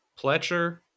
Pletcher